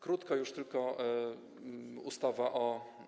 Krótko już tylko: ustawa o.